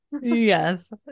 yes